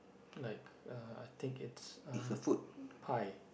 like uh I think it's uh pie